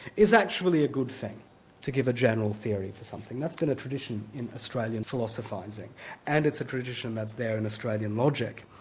is actually a good thing to give a general theory for something. that's been a tradition in australian philosophising and it's a tradition that's there in australian logic,